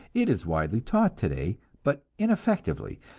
it is widely taught today, but ineffectively,